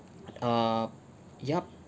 err ya